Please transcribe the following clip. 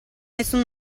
nessun